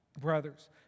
brothers